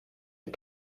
est